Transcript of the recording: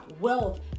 wealth